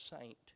saint